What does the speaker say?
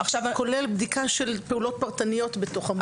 כולל בדיקה של פעולות פרטניות בתוך המוסד.